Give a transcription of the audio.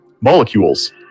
Molecules